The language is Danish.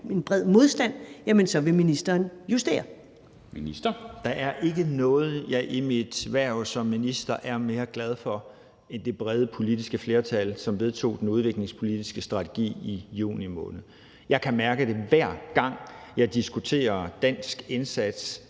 (Flemming Møller Mortensen): Der er ikke noget, jeg i mit hverv som minister er mere glad for end det brede politiske flertal, som vedtog den udviklingspolitiske strategi i juni måned. Jeg kan mærke det, hver gang jeg diskuterer dansk indsats